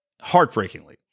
heartbreakingly